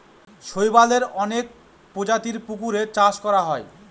শৈবালের অনেক প্রজাতির পুকুরে চাষ করা হয়